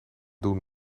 doen